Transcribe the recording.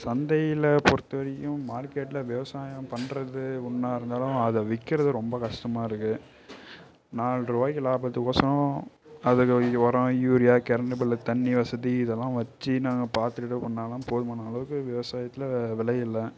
சந்தையில் பொறுத்தவரைக்கும் மார்கெட்டில் விவசாயம் பண்ணுறது ஒன்றா இருந்தாலும் அதை விற்கிறது ரொம்ப கஷ்டமாக இருக்குது நாலுரூவாய்க்கு லாபத்துக்கொசரம் அதுக்கு உரம் யூரியா கரண்ட் பில்லு தண்ணி வசதி இதெல்லாம் வச்சு நாங்கள் பார்த்து இது பண்ணிணாலும் போதுமான அளவுக்கு விவசாயத்தில் விலை இல்லை